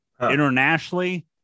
Internationally